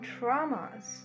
traumas